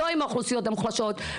לא עם האוכלוסיות המוחלשות,